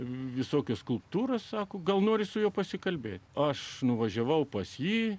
visokios skulptūros sako gal nori su juo pasikalbėti o aš nuvažiavau pas jį